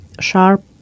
Sharp